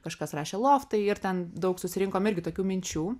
kažkas rašė loftai ir ten daug susirinkom irgi tokių minčių